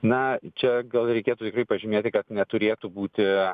na čia gal reikėtų pažymėti kad neturėtų būti